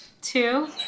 two